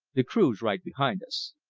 the crew's right behind us.